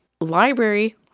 library